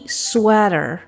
sweater